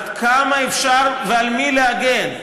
עד כמה אפשר ועל מי להגן,